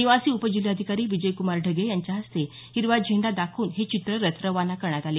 निवासी उपजिल्हाधिकारी विजयक्रमार ढगे यांच्या हस्ते हिरवा झेंडा दाखवून हे चित्ररथ रवाना करण्यात आले